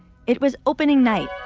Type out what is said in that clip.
it was opening night